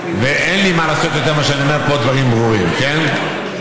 ואין לי מה לעשות יותר מאשר אני אומר פה דברים ברורים: בשעתו,